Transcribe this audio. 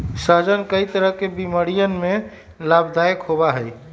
सहजन कई तरह के बीमारियन में लाभदायक होबा हई